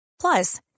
Plus